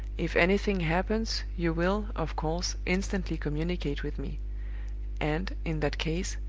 if anything happens, you will, of course, instantly communicate with me and, in that case,